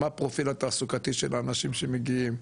מה הפרופיל התעסוקתי של האנשים שמגיעים,